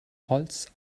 holz